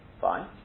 Fine